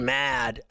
mad